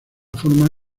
forma